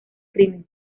crimen